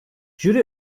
jüri